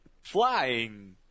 flying